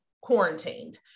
quarantined